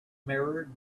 mirrored